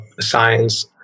science